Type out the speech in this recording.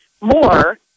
more